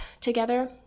together